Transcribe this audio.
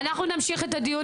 אנחנו נמשיך את הדיון,